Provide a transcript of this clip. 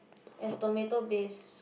as tomato base